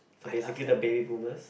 so basically the baby boomers